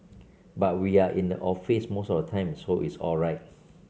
but we are in the office most of the time so it is all right